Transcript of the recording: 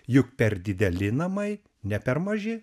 juk per dideli namai ne per maži